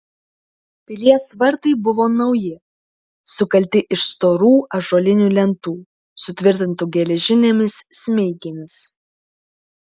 pilies vartai buvo nauji sukalti iš storų ąžuolinių lentų sutvirtintų geležinėmis smeigėmis